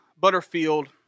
Butterfield